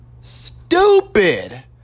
stupid